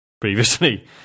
previously